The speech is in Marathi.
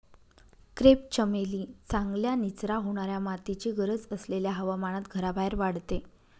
क्रेप चमेली चांगल्या निचरा होणाऱ्या मातीची गरज असलेल्या हवामानात घराबाहेर वाढते